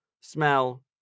smell